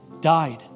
died